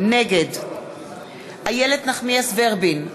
נגד איילת נחמיאס ורבין,